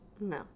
No